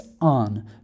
on